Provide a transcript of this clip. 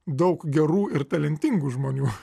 daug gerų ir talentingų žmonių